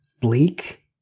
bleak